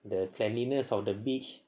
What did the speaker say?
the cleanliness of the beach